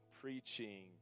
preaching